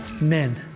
men